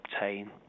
obtain